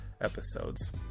episodes